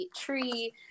tree